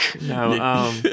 No